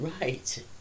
Right